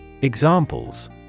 Examples